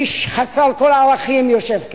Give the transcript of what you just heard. איש חסר כל ערכים יושב כאן.